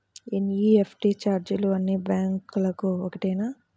NEFT ఛార్జీలు అన్నీ బ్యాంక్లకూ ఒకటేనా?